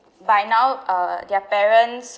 by now uh their parents